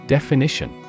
Definition